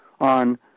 on